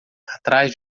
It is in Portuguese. atrás